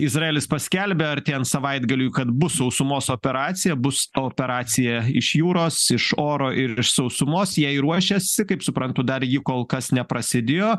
izraelis paskelbė artėjant savaitgaliui kad bus sausumos operacija bus operacija iš jūros iš oro ir iš sausumos jai ruošiasi kaip suprantu dar ji kol kas neprasidėjo